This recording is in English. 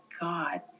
God